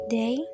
day